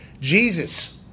Jesus